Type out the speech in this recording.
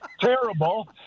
terrible